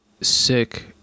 sick